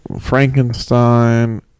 Frankenstein